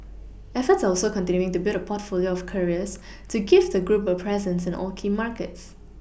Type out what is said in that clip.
efforts are also continuing to build a portfolio of carriers to give the group a presence in all key markets